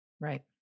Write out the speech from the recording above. Right